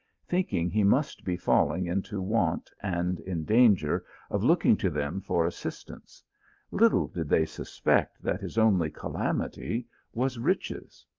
thinking he must be falling into want, and in danger of looking to them for assistance little did they suspect that his only calamity was riches.